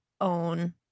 own